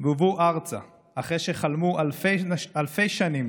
והובאו ארצה אחרי שחלמו אלפי שנים